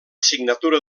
signatura